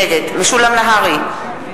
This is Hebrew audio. נגד משולם נהרי,